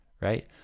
right